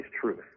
truth